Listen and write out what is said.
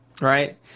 right